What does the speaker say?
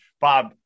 Bob